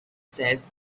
says